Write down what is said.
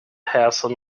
hassle